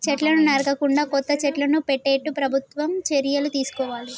చెట్లను నరకకుండా కొత్త చెట్లను పెట్టేట్టు ప్రభుత్వం చర్యలు తీసుకోవాలి